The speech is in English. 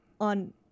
on